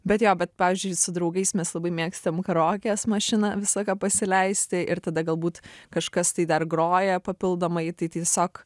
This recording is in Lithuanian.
bet jo bet pavyzdžiui su draugais mes labai mėgstam karaokės mašiną visą laiką pasileisti ir tada galbūt kažkas tai dar groja papildomai tai tiesiog